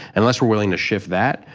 unless we're willing to shift that,